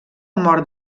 mort